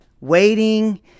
waiting